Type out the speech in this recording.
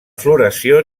floració